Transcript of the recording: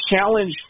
challenge